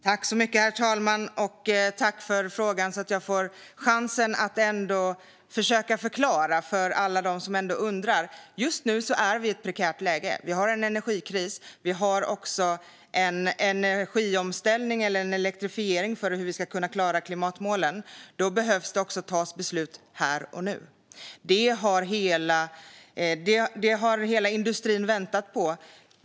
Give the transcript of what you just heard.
Herr talman! Tack för frågan, som ger mig chansen att försöka förklara för alla dem som ändå undrar! Just nu är vi i ett prekärt läge. Vi har en energikris. Vi har också en energiomställning eller elektrifiering för att vi ska kunna klara klimatmålen. Då behöver det också fattas beslut här och nu. Det har hela industrin väntat på.